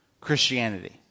Christianity